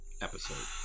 episode